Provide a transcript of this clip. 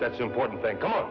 that's important thank god